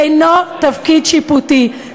אינו תפקיד שיפוטי,